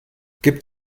gibt